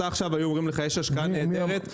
היו אומרים לך שיש השקעה נהדרת באפריקה,